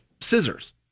scissors